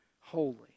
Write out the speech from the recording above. holy